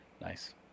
Nice